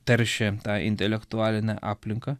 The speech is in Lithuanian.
teršė tą intelektualinę aplinką